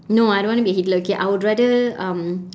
no I don't want to be a hitler okay I would rather um